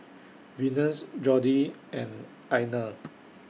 Venus Jordy and Einar